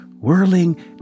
whirling